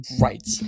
Right